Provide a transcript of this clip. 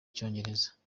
icyongereza